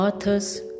Arthur's